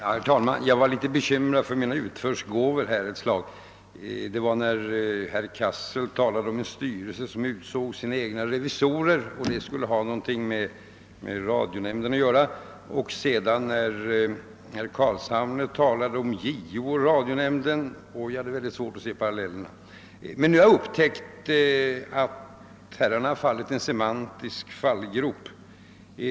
Herr talman! Jag var ett slag litet bekymrad för mina utförsgåvor. Det var när herr Cassel talade om en styrelse som utsåg sina egna revisorer — det skulle ha någonting med radionämnden att göra — och när herr Carlshamre talade om JO och radionämnden. Jag hade mycket svårt att se parallellerna. Men nu har jag upptäckt att herrarna har fallit i en semantisk fallgrop.